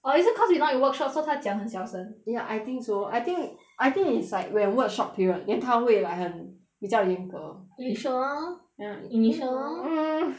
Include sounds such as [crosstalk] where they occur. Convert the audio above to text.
or is it cause you not in workshop so 他讲很小声 ya I think so I think I think is like when workshop period then 他会 like 很比较严格 initial ya initial [noise]